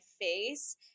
face